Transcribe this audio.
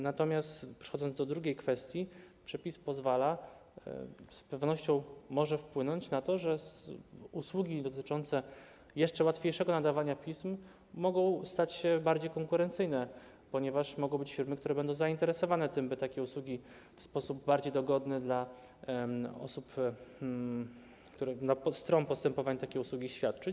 Natomiast jeśli chodzi o drugą kwestię, przepis pozwala, z pewnością może wpłynąć na to, że usługi dotyczące jeszcze łatwiejszego nadawania pism mogą stać się bardziej konkurencyjne, ponieważ mogą być firmy, które będą zainteresowane tym, by w sposób bardziej dogodny dla osób, stron postępowań takie usługi świadczyć.